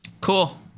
Cool